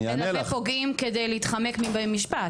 אתה מלווה פוגעים בשביל להתחמק במשפט,